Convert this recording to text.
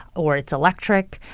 or it's electric,